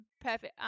Perfect